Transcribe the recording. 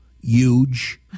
huge